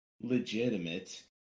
legitimate